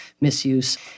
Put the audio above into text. misuse